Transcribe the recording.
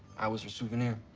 i was her souvenir.